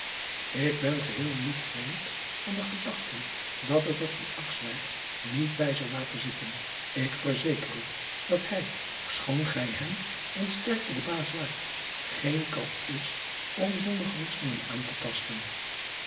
k ben geheel niet vreemd van de gedachten dat het er niet bij zal laten zitten k verzeker u dat hij schoon gij hem in sterkte de baas waart geen kat is om zonder handschoenen aan te tasten